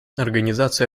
организация